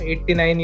89